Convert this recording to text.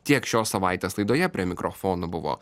tiek šios savaitės laidoje prie mikrofono buvo